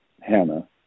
Hannah